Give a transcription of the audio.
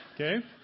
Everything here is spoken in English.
Okay